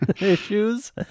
issues